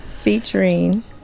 Featuring